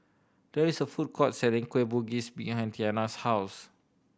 there is a food court selling Kueh Bugis behind Tiana's house